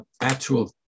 actual